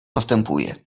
następuje